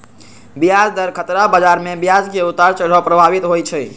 ब्याज दर खतरा बजार में ब्याज के उतार चढ़ाव प्रभावित होइ छइ